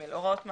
הוראות מעבר,